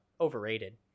overrated